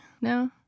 No